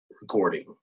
recording